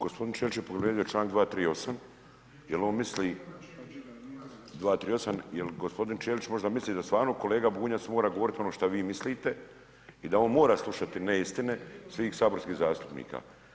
Gospodin Ćelić je povredio članak 238. jel on misli 238. jel gospodin Ćelić možda misli da stvarno kolega Bunjac mora govorit ono šta vi mislite i da on mora slušati neistine svih saborskih zastupnika.